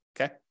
okay